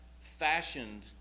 fashioned